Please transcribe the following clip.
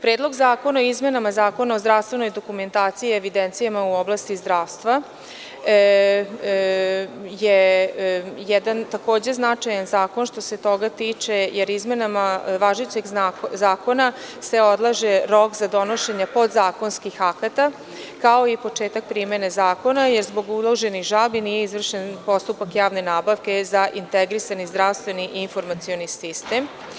Predlog zakona o izmenama Zakona o zdravstvenoj dokumentaciji i evidencijama u oblasti zdravstva je jedan takođe značajan zakon što se toga tiče jer izmenama važećeg Zakona se odlaže rok za donošenje podzakonskih akata, kao i početak primene zakona jer zbog uloženih žalbi nije izvršen postupak javne nabavke za integrisani zdravstveni informacioni sistem.